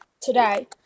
today